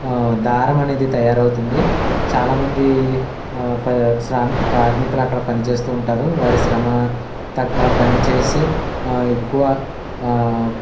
దారం అనేది తయారవుతుంది చాలామంది ప్రజ కార్మికులు అక్కడ పని చేస్తూ ఉంటారు వారి శ్రమ తగ్గ పని చేసి ఎక్కువ